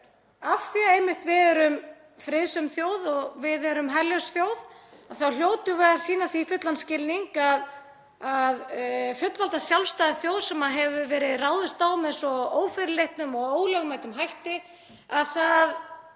af því einmitt að við erum friðsöm þjóð og við erum herlaus þjóð, að við hljótum að sýna því fullan skilning hvað varðar fullvalda sjálfstæða þjóð sem hefur verið ráðist á með svo ófyrirleitnum og ólögmætum hætti að það